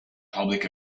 public